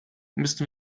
müssten